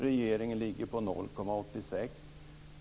Regeringen ligger på 0,86 %.